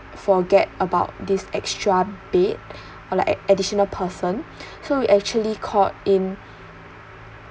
forget about this extra bed or like additional person so we actually called in